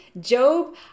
Job